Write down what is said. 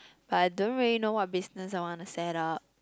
but I don't really know what business I want to set up